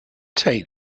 take